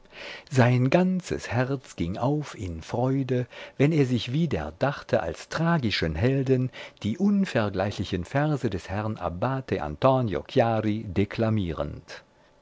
sein ganzes herz ging auf in freude wenn er sich wieder dachte als tragischen helden die unvergleichlichen verse des herrn abbate antonio chiari deklamierend